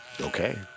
Okay